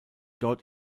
dort